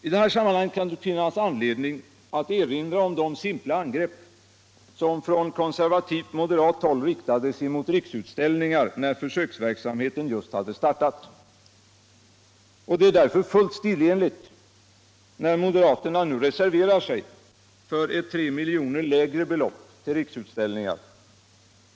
I detta sammanhang kan det finnas anledning att erinra om de simpla angrepp som från konservativt moderat håll riktades emot Riksutställningar när försöksverksamheten just har startat. Det är därför fullt stilenligt när moderaterna nu reserverar sig för ett 3 milj.kr. lägre belopp till Riksutställningar.